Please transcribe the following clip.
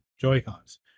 Joy-Cons